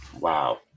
Wow